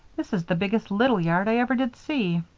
this is the biggest little yard i ever did see.